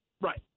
Right